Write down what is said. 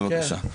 בבקשה.